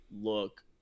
look